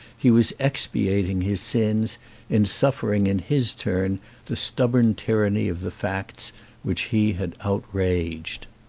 he was expiating his sins in suffering in his turn the stubborn tyranny of the facts which he had outraged.